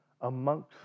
amongst